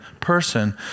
person